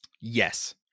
yes